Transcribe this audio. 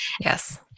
Yes